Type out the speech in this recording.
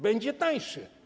Będzie tańsze.